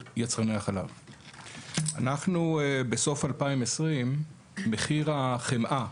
בסוף 2020 מחיר החמאה,